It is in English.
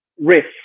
risk